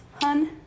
hun